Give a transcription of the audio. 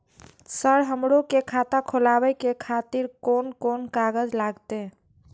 Sir हमरो के खाता खोलावे के खातिर कोन कोन कागज लागते?